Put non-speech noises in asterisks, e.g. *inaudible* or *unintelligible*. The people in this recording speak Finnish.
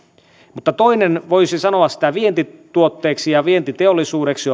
mutta toinen on matkailu sitä voisi sanoa vientituotteeksi ja vientiteollisuudeksi *unintelligible*